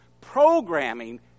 programming